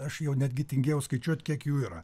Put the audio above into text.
aš jau netgi tingėjau skaičiuot kiek jų yra